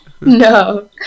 No